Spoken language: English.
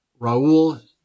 Raul